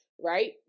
right